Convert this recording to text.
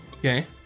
Okay